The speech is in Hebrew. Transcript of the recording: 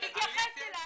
הוא מתייחס אלי,